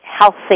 healthy